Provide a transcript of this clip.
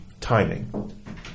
timing